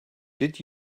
did